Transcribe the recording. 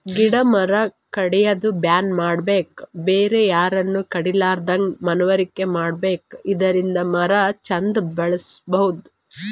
ಗಿಡ ಮರ ಕಡ್ಯದ್ ಬ್ಯಾನ್ ಮಾಡ್ಸಬೇಕ್ ಬೇರೆ ಯಾರನು ಕಡಿಲಾರದಂಗ್ ಮನವರಿಕೆ ಮಾಡ್ಬೇಕ್ ಇದರಿಂದ ಮರ ಚಂದ್ ಬೆಳಸಬಹುದ್